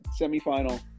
semifinal